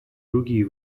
другие